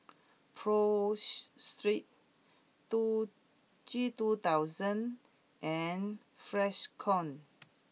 Pho Street two G two thousand and Freshkon